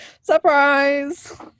surprise